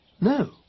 No